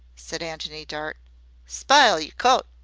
said antony dart spile yer coat,